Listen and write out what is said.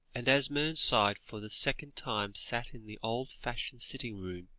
and as mernside for the second time sat in the old-fashioned sitting-room,